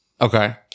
Okay